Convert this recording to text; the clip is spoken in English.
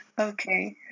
Okay